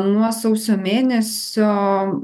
nuo sausio mėnesio